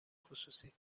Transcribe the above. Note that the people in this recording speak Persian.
خصوصی